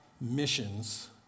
missions